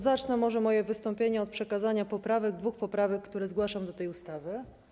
Zacznę może moje wystąpienie od przekazania poprawek, dwóch poprawek, które zgłaszam do tej ustawy.